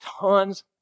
tons